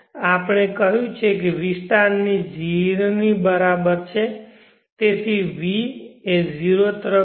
આપણે કહ્યું છે કે v 0 ની બરાબર છે તેથી v 0 ની તરફ જાય છે